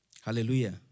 Hallelujah